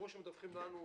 ברור שמדווחים לנו,